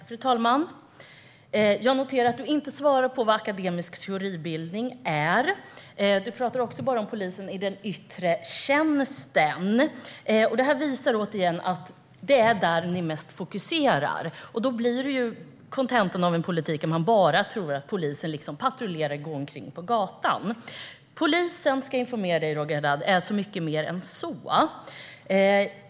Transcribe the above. Fru talman! Jag noterar att Roger Haddad inte svarar på vad akademisk teoribildning är. Han talar också bara om polisen i yttre tjänst. Detta visar återigen att det är där Liberalerna lägger mest fokus. Kontentan av en sådan politik blir att man tror att polisen bara patrullerar och går omkring på gatan. Jag vill informera Roger Haddad om att polisen är mycket mer än så.